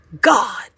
God